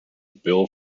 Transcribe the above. bill